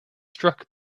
struck